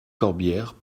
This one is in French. corbière